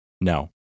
No